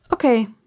Okay